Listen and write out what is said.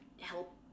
help